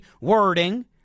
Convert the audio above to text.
wording